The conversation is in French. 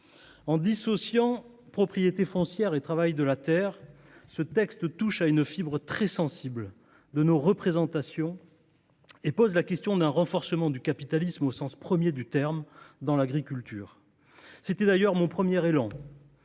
En dissociant propriété foncière et travail de la terre, ce texte touche à une fibre très sensible de nos représentations et pose la question d’un renforcement du capitalisme au sens premier du terme, dans l’agriculture. C’était d’ailleurs mon premier élan